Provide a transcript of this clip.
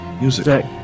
Music